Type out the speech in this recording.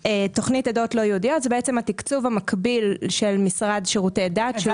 זה התקצוב המקביל של המשרד לשירותי דת.